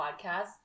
podcast